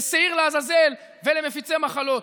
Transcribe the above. לשעיר לעזאזל ולמפיצי מחלות?